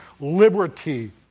liberty